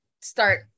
start